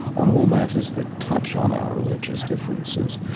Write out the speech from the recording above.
on all matters that touch on our religious differences,